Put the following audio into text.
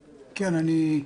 --- אפשר,